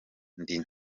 ndi